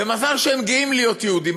ומזל שהם גאים להיות יהודים,